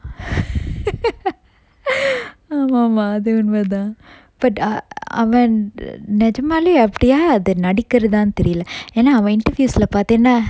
ஆமாமா அது உண்மை தான்:aamama athu unmai than but அவன் நெஜமாலே அப்டியா அது நடிக்கிரதானு தெரியல ஏன்னா அவன்:avan nejamale apdiya athu nadikkirathanu theriyala eanna avan interviews lah பாத்தியன்னா:pathiyanna